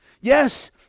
yes